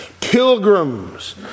pilgrims